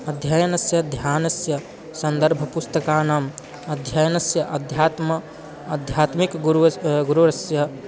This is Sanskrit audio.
अध्ययनस्य ध्यानस्य सन्दर्भपुस्तकानाम् अध्ययनस्य अध्यात्मम् अध्यात्मिकगुरुरस्य गुरुरस्य